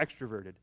extroverted